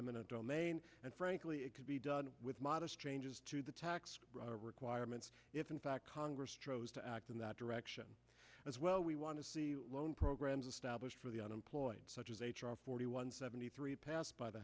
eminent domain and frankly it could be done with modest changes to the tax requirements if in fact congress chose to act in that direction as well we want to see loan programs of stablish for the unemployed such as h r forty one seventy three passed by the